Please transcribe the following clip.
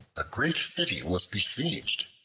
a great city was besieged,